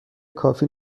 کافی